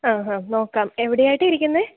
ആ ഹാ നോക്കാം എവിടെയായിട്ടാണ് ഇരിക്കുന്നത്